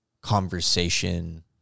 conversation